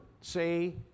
say